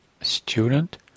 Student